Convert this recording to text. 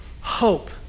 hope